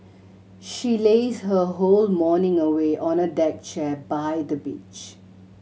she lazed her whole morning away on a deck chair by the beach